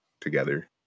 together